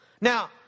Now